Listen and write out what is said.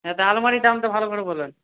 হ্যাঁ তা আলমারির দামটা ভালো করে বলবেন